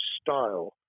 style